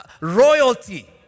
Royalty